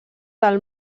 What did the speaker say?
del